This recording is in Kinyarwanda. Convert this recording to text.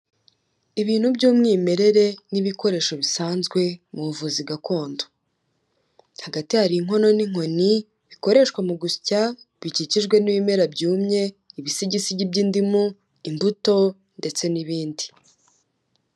Ibintu by'umwimerere n'ibikoresho bisanzwe mu buvuzi gakondo, hagati hari inkono n'inkoni bikoreshwa mu gusya bikikijwe n'ibimera byumye, ibisigisigi by'indimu, imbuto ndetse n'ibindi.